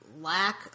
lack